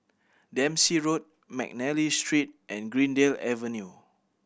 Dempsey Road McNally Street and Greendale Avenue